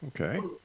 okay